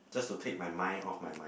just to take my mind off my mind